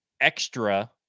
extra